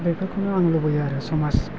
बेफोरखौनो आं लुबैयो आरो समाज